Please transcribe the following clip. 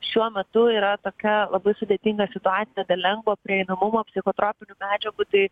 šiuo metu yra tokia labai sudėtinga situacija dėl lengvo prieinamumo psichotropinių medžiagų tai